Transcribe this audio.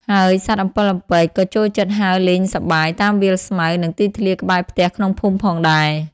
ហើយសត្វអំពិលអំពែកក៏ចូលចិត្តហើរលេងសប្បាយតាមវាលស្មៅ នៅទីធ្លាក្បែរផ្ទះក្នុងភូមិផងដែរ។